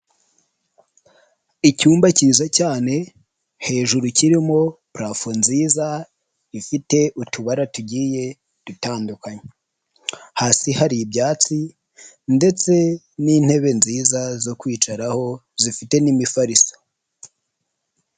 Icyumba cyiza cyane, hejuru kirimo parafo nziza ifite utubara tugiye dutandukanye, hasi hari ibyatsi, ndetse n'intebe nziza zo kwicaraho zifite n'imifariso.